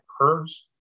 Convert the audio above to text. occurs